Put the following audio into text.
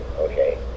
Okay